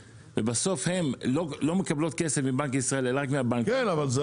ובסוף הן לא מקבלות כסף מבנק ישראל אלא רק מהבנקים והן